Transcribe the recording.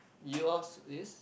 yours is